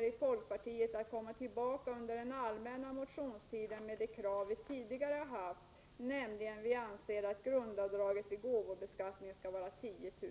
Vi i folkpartiet kommer vid den allmänna motionstiden att återkomma med det krav som vi tidigare har framfört, alltså att grundavdraget vid gåvobeskattningen skall vara 10 000